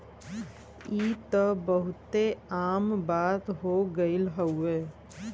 ई त बहुते आम बात हो गइल हउवे